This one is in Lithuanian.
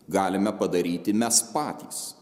galime padaryti mes patys